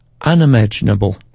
unimaginable